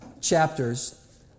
chapters